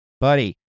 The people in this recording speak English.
buddy